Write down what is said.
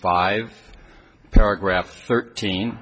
five paragraph thirteen